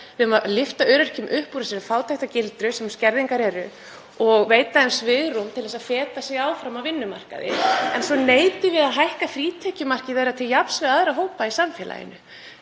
við eigum að lyfta öryrkjum upp úr þeirri fátæktargildru sem skerðingar eru og veita þeim svigrúm til að feta sig áfram á vinnumarkaði. En svo neitum við að hækka frítekjumark þeirra til jafns við aðra hópa í samfélaginu,